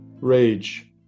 Rage